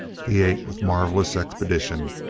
he ate with marvellous expedition,